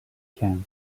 camp